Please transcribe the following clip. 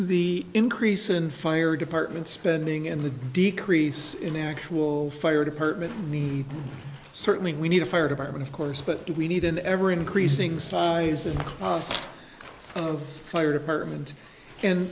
the increase in fire department spending and the decrease in actual fire department mean certainly we need a fire department of course but if we need an ever increasing size and fire department and